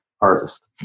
artist